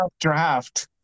draft